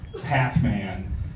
Pac-Man